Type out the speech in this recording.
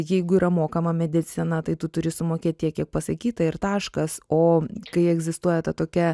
jeigu yra mokama medicina tai tu turi sumokėti tiek kiek pasakyta ir taškas o kai egzistuoja ta tokia